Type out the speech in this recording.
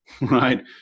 Right